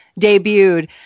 debuted